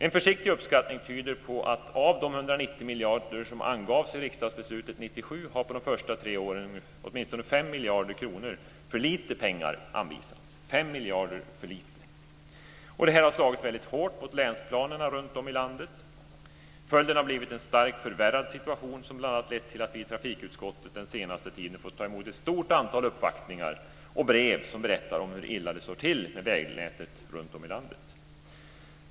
En försiktig uppskattning när det gäller de 190 miljarder som angavs i riksdagsbeslutet 1997 tyder på att åtminstone 5 miljarder kronor för lite pengar har anvisats under de första tre åren. Detta har slagit väldigt hårt mot länsplanerna runtom i landet. Följden har blivit en starkt förvärrad situation som bl.a. har lett till att vi i trafikutskottet den senaste tiden har fått ta emot ett stort antal uppvaktningar och brev som berättar om hur illa det står till med vägnätet runtom i landet.